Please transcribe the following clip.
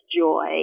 joy